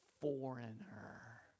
foreigner